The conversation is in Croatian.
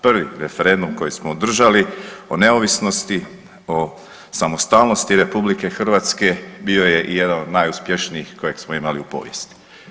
Prvi referendum koji smo održali o neovisnosti, o samostalnosti RH bio je i jedan od najuspješnijih kojeg smo imali u povijesti.